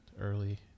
Early